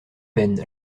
peine